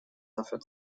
dafür